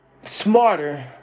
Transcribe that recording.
smarter